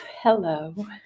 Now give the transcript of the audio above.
Hello